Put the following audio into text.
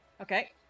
Okay